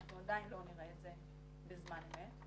אנחנו עדיין לא נראה את זה בזמן אמת.